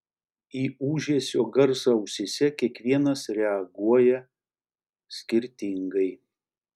į ūžesio garsą ausyse kiekvienas reaguoja skirtingai